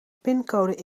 pincode